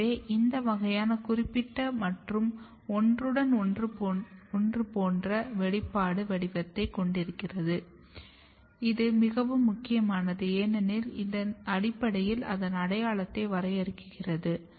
எனவே இந்த வகையான குறிப்பிட்ட மற்றும் ஒன்றுடன் ஒன்று போன்ற வெளிப்பாடு வடிவத்தைக் கொண்டிருக்கிறது இது மிகவும் முக்கியமானது ஏனெனில் இதன் அடிப்படையில் அதன் அடையாளத்தை வரையறுக்கிறது